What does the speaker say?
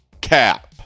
cap